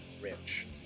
rich